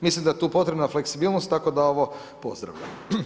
Mislim da je tu potrebna fleksibilnost, tako da ovo pozdravljam.